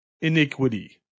iniquity